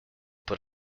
but